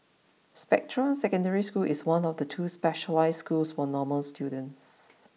Spectra Secondary School is one of two specialised schools for normal students